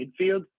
midfield